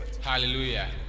hallelujah